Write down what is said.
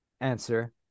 answer